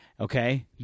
Okay